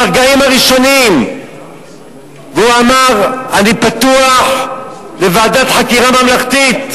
ברגעים הראשונים והוא אמר: אני פתוח לוועדת חקירה ממלכתית.